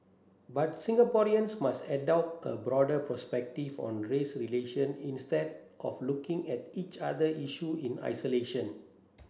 but Singaporeans must adopt a broader perspective on race relation instead of looking at each other issue in isolation